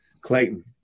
Clayton